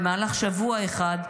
במהלך שבוע אחד,